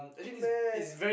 mad